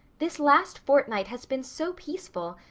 this last fortnight has been so peaceful,